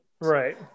Right